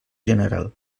general